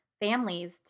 families